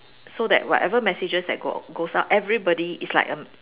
so that whatever messages that go~ goes out everybody is like a